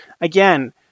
Again